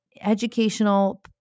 educational